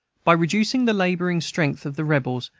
by reducing the laboring strength of the rebels,